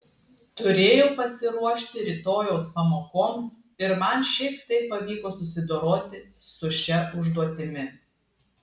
turėjau pasiruošti rytojaus pamokoms ir man šiaip taip pavyko susidoroti su šia užduotimi